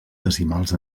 decimals